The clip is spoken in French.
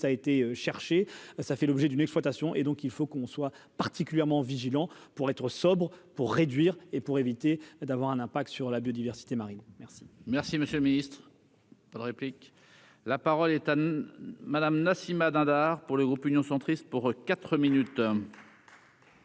ça été chercher ça fait l'objet d'une exploitation et donc il faut qu'on soit particulièrement vigilants pour être sobre pour réduire et pour éviter d'avoir un impact sur la biodiversité marine merci. Merci, monsieur le Ministre, pas la réplique, la parole est à Madame Nassimah Dindar pour le groupe Union centriste pour 4 minutes.